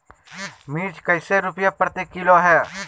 मिर्च कैसे रुपए प्रति किलोग्राम है?